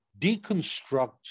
deconstruct